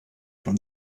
from